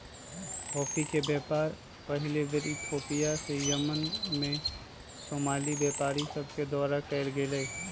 coffee के व्यापार पहिल बेर इथोपिया से यमन में सोमाली व्यापारि सभके द्वारा कयल गेलइ